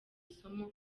somo